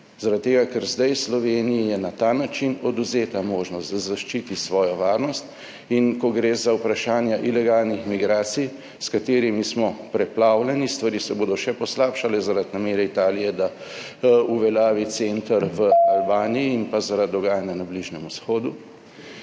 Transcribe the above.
zdaj Sloveniji na ta način odvzeta možnost, da zaščiti svojo varnost. In ko gre za vprašanja ilegalnih migracij, s katerimi smo preplavljeni, stvari se bodo še poslabšale zaradi namere Italije, da uveljavi center v Albaniji in pa zaradi dogajanja na Bližnjem vzhodu,